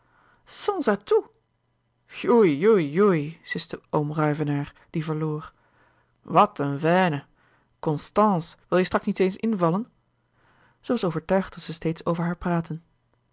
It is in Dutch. joei joei joei siste oom ruyvenaer die verloor wat een veine constance wil je straks niet eens invallen zij was overtuigd dat zij steeds over haar praatten